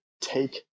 take